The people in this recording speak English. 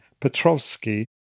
Petrovsky